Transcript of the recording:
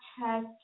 check